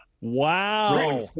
Wow